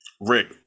rick